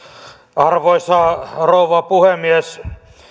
arvoisa rouva puhemies